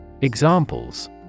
Examples